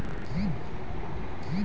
कृषि ऋण भारतो के अर्थव्यवस्था के रीढ़ छै